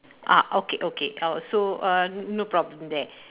ah okay okay uh so uh no problem there